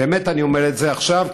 באמת אני אומר את זה עכשיו,